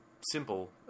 simple